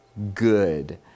good